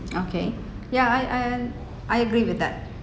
okay yeah I and I agree with that